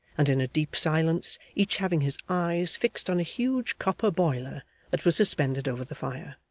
and in a deep silence, each having his eyes fixed on a huge copper boiler that was suspended over the fire.